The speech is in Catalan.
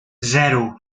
zero